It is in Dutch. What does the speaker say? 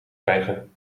krijgen